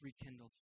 rekindled